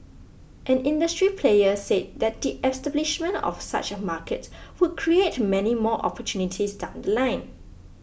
an industry player said that the establishment of such a market would create many more opportunities down The Line